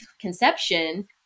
conception